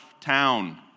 town